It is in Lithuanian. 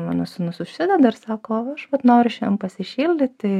mano sūnus užsideda ir sako aš vat noriu šiandien pasišildyti